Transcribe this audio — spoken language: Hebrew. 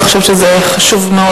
אני חושבת שזה חשוב מאוד,